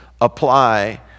apply